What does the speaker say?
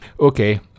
Okay